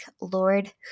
Lord